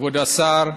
כבוד השר,